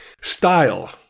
style